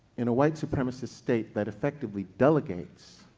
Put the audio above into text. in a white supremacist state that effectively delegates